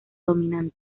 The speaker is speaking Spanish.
dominante